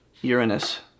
Uranus